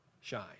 shine